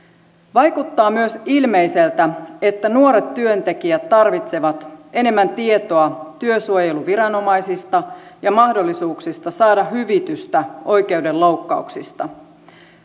vaikuttaa myös ilmeiseltä että nuoret työntekijät tarvitsevat enemmän tietoa työsuojeluviranomaisista ja mahdollisuuksista saada hyvitystä oikeudenloukkauksista